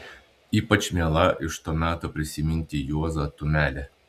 ypač miela iš to meto prisiminti juozą tumelį